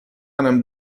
منم